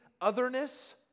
otherness